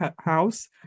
house